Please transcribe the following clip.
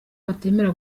batemera